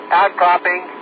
outcropping